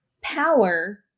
power